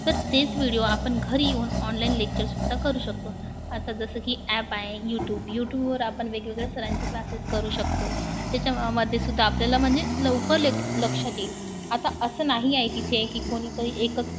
तर तेच विडिओ आपण घरी येऊन ऑनलाइन लेक्चरसुद्धा करू शकतो आता जसं की ॲप आहे यूटूब यूटूबवर आपण वेगवेगळ्या सरांचे क्लासेस करू शकतो त्याच्या मध्येसुद्धा आपल्याला म्हणजे लवकर लेक लक्षात येईल आता असं नाही आहे तिथे की कोणीतरी एकच